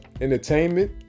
entertainment